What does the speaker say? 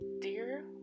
Dear